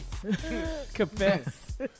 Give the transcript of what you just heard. confess